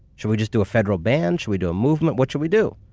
should we just do a federal ban? should we do a movement? what should we do?